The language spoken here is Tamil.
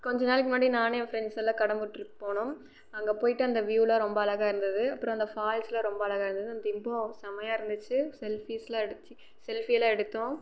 கொஞ்சம் நாளைக்கி முன்னாடி நான் என் ஃபிரண்ட்ஸ் எல்லாேரும் கடம்பூர் டிரிப் போனோம் அங்கே போய்ட்டு அந்த வியூசெலாம் ரொம்ப அழகாக இருந்துது அப்புறம் அந்த ஃபால்ஸ்ல்லாம் ரொம்ப அழகாக இருந்தது திம்பம் செமையாருந்துச்சு செல்ஃபிஸ்ல்லாம் செல்ஃபில்லாம் எடுத்தோம்